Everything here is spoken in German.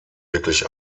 wirklich